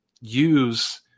use